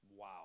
wow